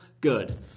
good